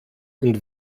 und